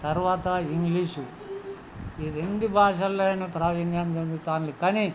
తర్వాత ఇంగ్లీషు ఈ రెండు భాషల్లోను ప్రావిణ్యం చెందుతుంది కానీ